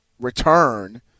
return